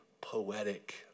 poetic